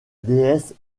déesse